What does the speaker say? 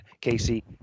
Casey